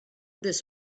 this